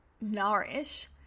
nourish